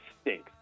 stinks